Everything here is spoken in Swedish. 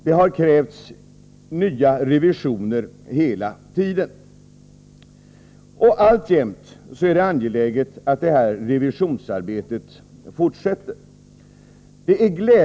Det har krävts nya revisioner hela tiden, och alltjämt är det angeläget att detta revisionsarbete fortsätter.